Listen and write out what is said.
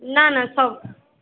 না না সব